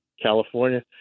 California